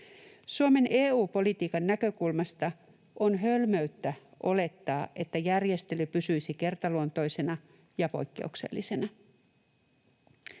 Suomen EU-politiikan näkökulmasta on hölmöyttä olettaa, että järjestely pysyisi kertaluontoisena ja poikkeuksellisena.